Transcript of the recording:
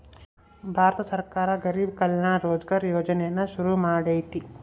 ಭಾರತ ಸರ್ಕಾರ ಗರಿಬ್ ಕಲ್ಯಾಣ ರೋಜ್ಗರ್ ಯೋಜನೆನ ಶುರು ಮಾಡೈತೀ